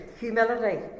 humility